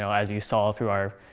so as you saw through our